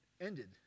ended